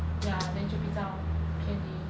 ya then 就比较便宜